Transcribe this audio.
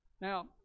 Now